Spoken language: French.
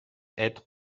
être